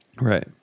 Right